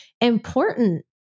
important